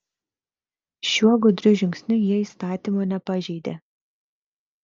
šiuo gudriu žingsniu jie įstatymo nepažeidė